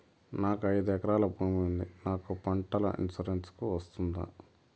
నాకు ఐదు ఎకరాల భూమి ఉంది నాకు పంటల ఇన్సూరెన్సుకు వస్తుందా?